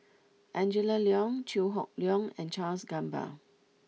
Angela Liong Chew Hock Leong and Charles Gamba